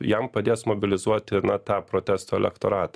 jam padės mobilizuoti na tą protesto elektoratą